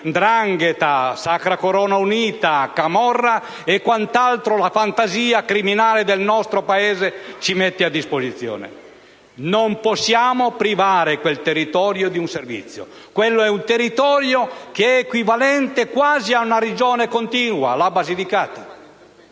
'ndrangheta, sacra corona unita, camorra e quant'altro la fantasia criminale del nostro Paese ci mette a disposizione. Non possiamo privare quel territorio di un servizio. È un territorio quasi equivalente a quello di una Regione contigua, la Basilicata.